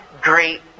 great